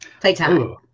playtime